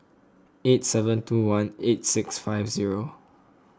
eight seven two one eight six five zero